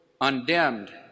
undimmed